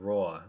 Raw